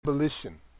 Abolition